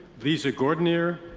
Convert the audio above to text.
lisa gordinier,